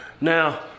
now